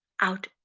out